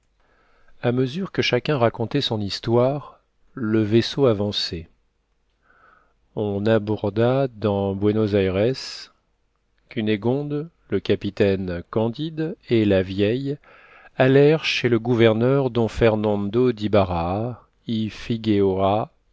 a mesure que chacun racontait son histoire le vaisseau avançait on aborda dans buénos ayres cunégonde le capitaine candide et la vieille allèrent chez le gouverneur don fernando